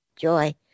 joy